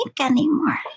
anymore